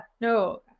No